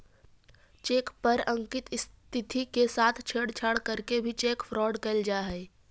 cheque पर अंकित तिथि के साथ छेड़छाड़ करके भी चेक फ्रॉड कैल जा हइ